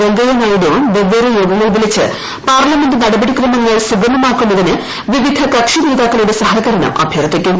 വെങ്കയ്യ നായിഡുവും വെവ്വേറെ യോഗങ്ങൾ വിളിച്ച് പാർലമെന്റ് നടപടിക്രമങ്ങൾ സുഗമമാക്കുന്നതിന് വിവിധ കക്ഷി ്നേത്ാക്കളുടെ സഹകരണം അഭ്യർത്ഥിക്കും